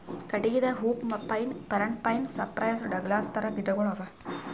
ಕಟ್ಟಗಿದಾಗ hoop pine, ಪರಣ pine, cypress, Douglas ಥರದ್ ಗಿಡಗೋಳು ಅವಾ